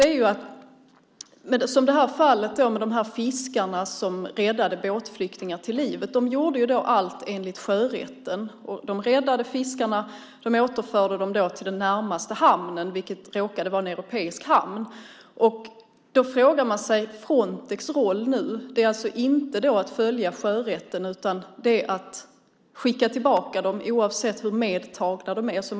I fallet med fiskarna som räddade båtflyktingar till livet gjorde de allt enligt sjörätten. Fiskarna räddade dem och återförde dem till den närmaste hamnen, vilket råkade vara en europeisk hamn. Då frågar man sig om Frontex roll inte är att följa sjörätten utan att skicka tillbaka flyktingar oavsett hur medtagna de är.